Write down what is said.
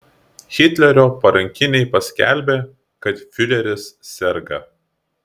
hitlerio parankiniai paskelbė kad fiureris serga